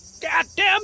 Goddamn